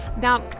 Now